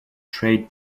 trade